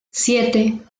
siete